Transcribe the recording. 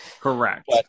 Correct